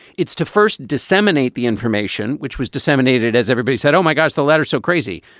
it's to first disseminate the information which was disseminated, as everybody said, oh, my gosh, the letter so crazy.